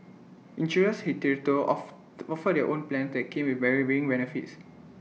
insurers hitherto of offered their own plans that came with varying benefits